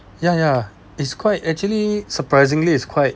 ya ya it's quite actually surprisingly is quite